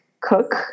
cook